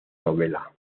novela